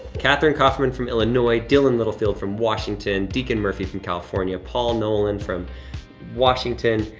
catherine kaufman from illinois, dylan littlefield from washington, deacon murphy from california, paul nolan from washington,